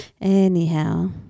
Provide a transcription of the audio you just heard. anyhow